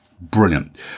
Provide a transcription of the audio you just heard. brilliant